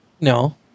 No